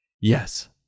Yes